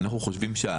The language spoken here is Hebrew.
אנחנו חושבים,